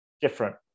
different